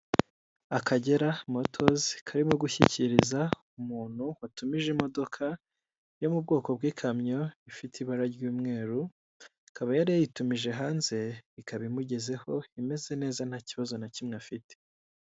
aAkagera motozi karimo gushyikiriza umuntu watumije imodoka yo mu bwoko bw'ikamyo, ifite ibara ry'umweru, akaba yari yayitumije hanze ikaba imugezeho imeze neza nta kibazo na kimwe afite.